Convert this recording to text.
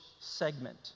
segment